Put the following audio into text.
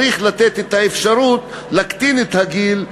צריך לתת את האפשרות להוריד את הגיל,